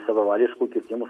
savavališkų kirtimų